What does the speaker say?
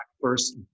first